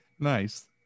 Nice